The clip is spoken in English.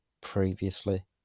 previously